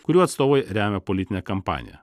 kurių atstovai remia politinę kampaniją